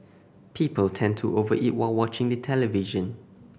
people tend to over eat while watching the television